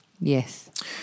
Yes